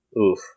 Oof